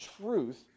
truth